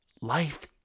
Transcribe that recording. Life